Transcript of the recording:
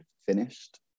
finished